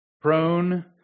Prone